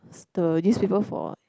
the newspaper for